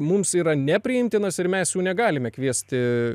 mums yra nepriimtinas ir mes jų negalime kviesti